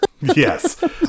Yes